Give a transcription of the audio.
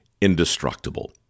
indestructible